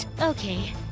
Okay